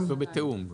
אנחנו בתיאום.